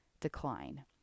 decline